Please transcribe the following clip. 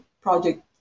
project